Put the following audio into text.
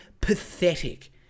pathetic